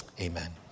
Amen